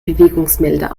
bewegungsmelder